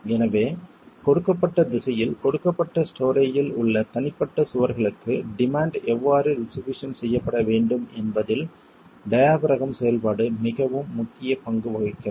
எனவே கொடுக்கப்பட்ட திசையில் கொடுக்கப்பட்ட ஸ்டோரேயில் உள்ள தனிப்பட்ட சுவர்களுக்கு டிமாண்ட் எவ்வாறு டிஸ்ட்ரிபியூஷன் செய்யப்பட வேண்டும் என்பதில் டியபிறகம் செயல்பாடு மிகவும் முக்கிய பங்கு வகிக்கிறது